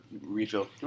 refill